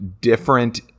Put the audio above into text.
different